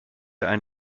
ein